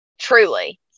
truly